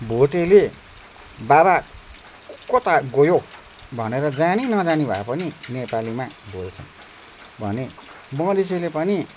भोटेले बाबा कता गयो भनेर जानी नजानी भए पनि नेपालीमा बोल्छ भने मदेसीले पनि